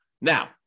Now